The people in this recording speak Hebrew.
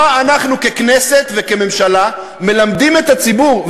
מה אנחנו ככנסת וכממשלה מלמדים את הציבור?